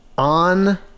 On